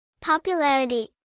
Popularity